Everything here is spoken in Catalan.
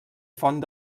font